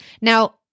Now